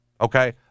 Okay